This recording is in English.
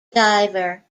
diver